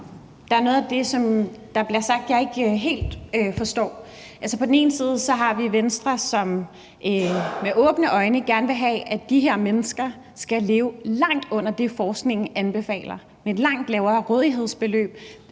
Der er noget af det, der bliver sagt, jeg ikke helt forstår. Vi har Venstre, som på den ene side med åbne øjne gerne vil have, at de her mennesker skal leve langt under det, forskningen anbefaler – med et langt lavere rådighedsbeløb